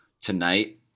tonight